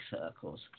circles